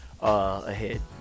ahead